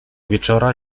wieczora